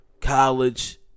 college